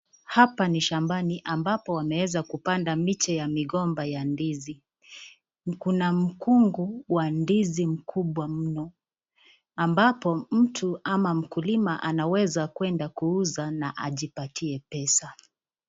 Hapa ni shambani ambapo wameweza kupanda miche ya migomba ya ndizi, na kuna mkungu wa ndizi mkubwa mno, ambapo mtu ama mkulima anaweza kwenda kuuza na ajipatie pesa.